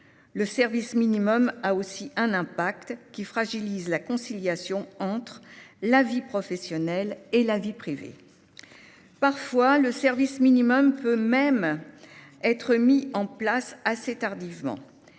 Le service minimum a aussi pour effet de fragiliser la conciliation entre la vie professionnelle et la vie privée. Parfois, le service minimum peut même être mis en place assez tardivement.